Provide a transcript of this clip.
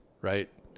Right